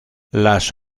las